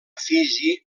fiji